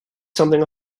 something